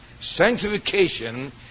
Sanctification